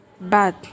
bad